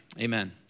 amen